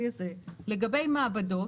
לגבי מעבדות,